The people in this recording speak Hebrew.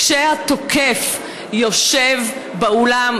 כשהתוקף יושב באולם,